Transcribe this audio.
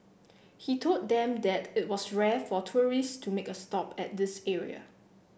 he told them that it was rare for tourists to make a stop at this area